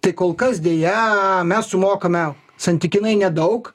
tai kol kas deja mes sumokame santykinai nedaug